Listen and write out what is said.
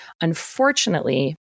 Unfortunately